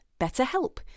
BetterHelp